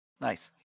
Nice